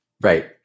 Right